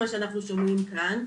מה שאנחנו שומעים כאן,